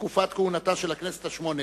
בתקופת כהונתה של הכנסת השמונה-עשרה),